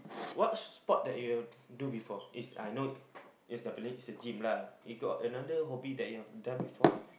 what sport that you have do before is I know is is definitely is the gym lah you got another hobby that you have done before